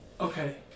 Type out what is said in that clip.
Okay